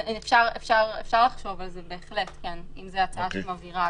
אפשר לחשוב על זה, בהחלט, אם זו הצעה שמבהירה.